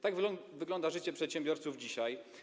Tak wygląda życie przedsiębiorców dzisiaj.